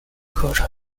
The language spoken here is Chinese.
课程